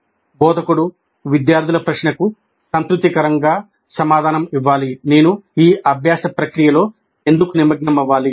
' బోధకుడు విద్యార్థుల ప్రశ్నకు సంతృప్తికరంగా సమాధానం ఇవ్వాలి 'నేను ఈ అభ్యాస ప్రక్రియలో ఎందుకు నిమగ్నమవ్వాలి